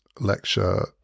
lecture